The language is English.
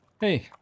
hey